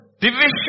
division